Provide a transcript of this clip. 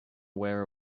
aware